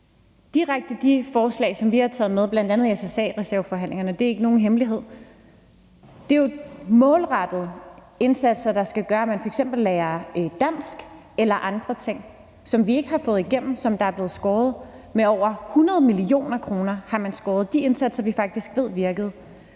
(EL): De forslag, som vi har taget med bl.a. i SSA-reserven forhandlingerne, er ikke nogen hemmelighed. Det er jo målrettede indsatser, der skal gøre, at man f.eks. lærer dansk eller andre ting, som vi ikke har fået gennem. Man har skåret med over 100 mio. kr. i de indsatser, vi faktisk ved virkede.